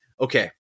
okay